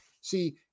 see